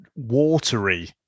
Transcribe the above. watery